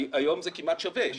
היום זה כמעט שווה.